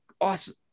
Awesome